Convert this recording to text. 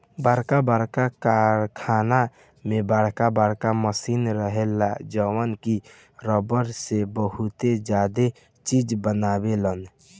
बरका बरका कारखाना में बर बर मशीन रहेला जवन की रबड़ से बहुते ज्यादे चीज बनायेला